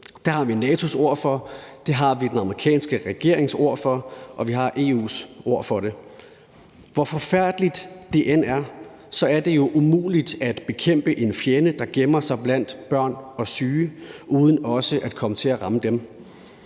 Det har vi NATO's ord for, det har vi den amerikanske regerings ord for, og vi har EU's ord for det. Hvor forfærdeligt det end er, er det jo umuligt at bekæmpe en fjende, der gemmer sig blandt børn og syge, uden også at komme til at ramme dem.